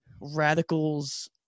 radicals